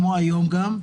כמו היום גם,